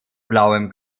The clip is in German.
blauem